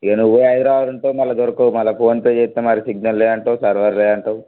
ఇక నువ్వు పోయి హైదరాబాద్లో ఉంటే మళ్ళా దొరకవు మళ్ళా ఫోన్ పే చేస్తే మరి సిగ్నల్ లేదంటావు సర్వర్ లేదంటావు